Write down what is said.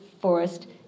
forest